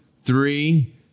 three